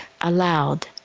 aloud